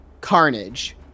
carnage